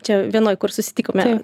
čia vienoj kur susitikome